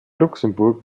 luxemburg